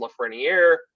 Lafreniere